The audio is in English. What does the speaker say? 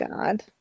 god